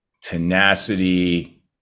tenacity